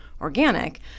organic